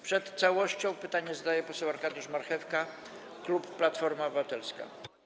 Przed całością pytanie zadaje poseł Arkadiusz Marchewka, klub Platforma Obywatelska.